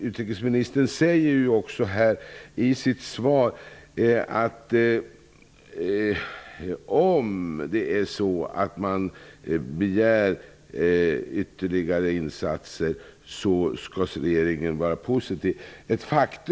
Utrikesministern säger ju också i sitt svar att om man begär ytterligare insatser skall regeringen vara positiv till det.